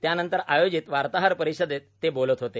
त्यानंतर आयोजित वार्ताहर परिषदेत ते बोलत होते